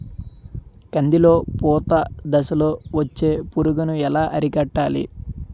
కందిలో పూత దశలో వచ్చే పురుగును ఎలా అరికట్టాలి?